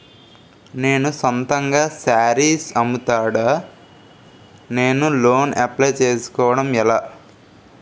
నేను సొంతంగా శారీస్ అమ్ముతాడ, నేను లోన్ అప్లయ్ చేసుకోవడం ఎలా?